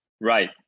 Right